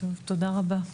תודה רבה.